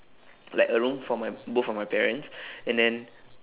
like a room for my both of my parents and then